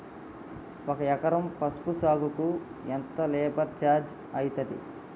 ఒక ఎకరం పసుపు సాగుకు ఎంత లేబర్ ఛార్జ్ అయితది?